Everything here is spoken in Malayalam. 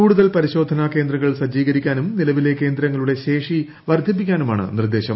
കൂടുതൽ പരിശോധന ക്ട്രിന്ദ്രങ്ങൾ സജ്ജീകരിക്കാനും നിലവിലെ കേന്ദ്രങ്ങളുടെ ശേഷി വർധിപ്പിക്കാനുമാണ് നിർദ്ദേശം